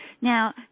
Now